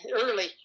early